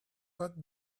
but